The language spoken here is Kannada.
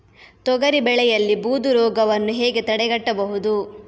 ತೊಗರಿ ಬೆಳೆಯಲ್ಲಿ ಬೂದು ರೋಗವನ್ನು ಹೇಗೆ ತಡೆಗಟ್ಟಬಹುದು?